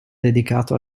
dedicato